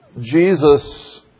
Jesus